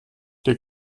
der